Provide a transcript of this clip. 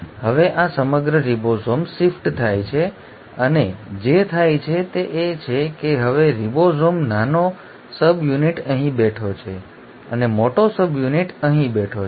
હવે આ સમગ્ર રીબોસોમ શિફ્ટ થાય છે અને જે થાય છે તે એ છે કે હવે રીબોસોમ નાનો સબયુનિટ અહીં બેઠો છે અને મોટો સબયુનિટ અહીં બેઠો છે